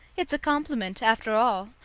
it's a compliment, after all,